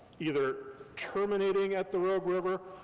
either terminating at the rogue river,